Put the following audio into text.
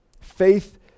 Faith